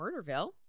Murderville